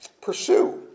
pursue